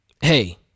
hey